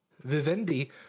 Vivendi